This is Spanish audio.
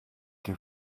que